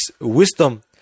wisdom